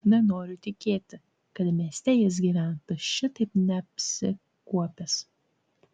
nenoriu tikėti kad mieste jis gyventų šitaip neapsikuopęs